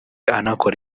anakora